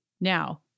Now